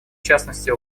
частности